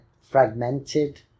fragmented